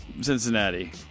Cincinnati